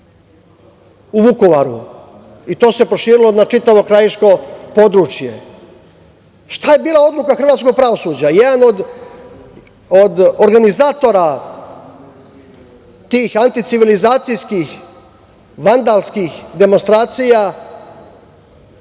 u Vukovaru i to se proširilo na čitavo krajiško područje. Šta je bila odluka hrvatskog pravosuđa? Jedan od organizatora tih anticivilizacijskih, vandalskih demonstracija i